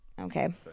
Okay